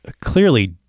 clearly